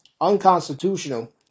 unconstitutional